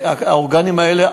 האורגנים האלה,